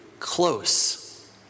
close